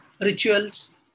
rituals